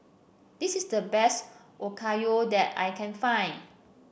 this is the best Okayu that I can find